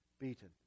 beaten